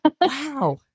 Wow